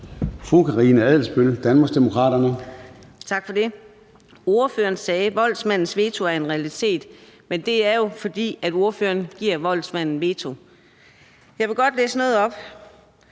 Karina Adsbøl (DD): Tak for det. Ordføreren sagde, at voldsmandens veto er en realitet, men det er jo, fordi ordføreren giver voldsmanden vetoret. Jeg vil godt læse noget op: